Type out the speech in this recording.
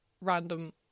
random